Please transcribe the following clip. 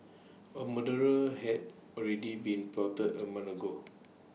A murder had already been plotted A month ago